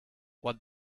what